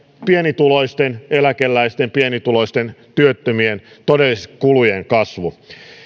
pienituloisten eläkeläisten pienituloisten työttömien todellisten kulujen kasvu